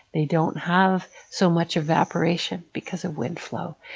they don't have so much evaporation because of wind flow.